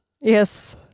yes